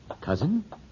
Cousin